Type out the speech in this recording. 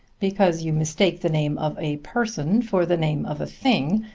because you mistake the name of a person for the name of a thing,